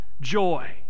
joy